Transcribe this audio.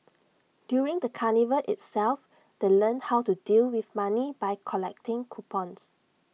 during the carnival itself they learnt how to deal with money by collecting coupons